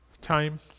time